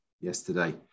yesterday